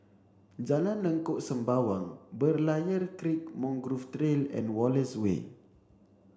Jalan Lengkok Sembawang Berlayer Creek Mangrove Trail and Wallace Way